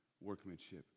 workmanship